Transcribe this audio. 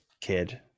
kid